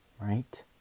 right